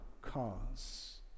cause